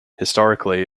historically